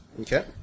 Okay